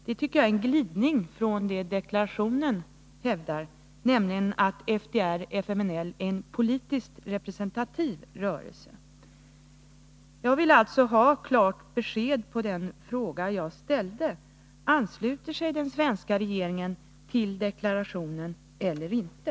Det tycker jag är en glidning från det som deklarationen hävdar, nämligen att FDR/FMNL är en politiskt representativ rörelse. Jag vill alltså ha klart besked i den fråga jag ställde: Ansluter sig den svenska regeringen till deklarationen eller inte?